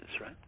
right